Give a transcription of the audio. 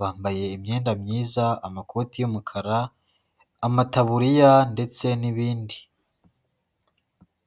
bambaye imyenda myiza amakoti y'umukara, amataburiya ndetse n'ibindi.